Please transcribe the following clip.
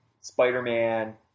Spider-Man